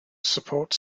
support